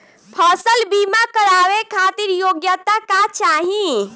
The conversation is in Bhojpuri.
फसल बीमा करावे खातिर योग्यता का चाही?